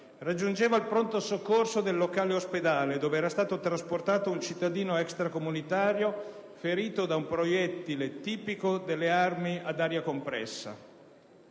raggiungeva il pronto soccorso del locale ospedale, dov'era stato trasportato un cittadino extracomunitario ferito da un proiettile tipico delle armi ad aria compressa.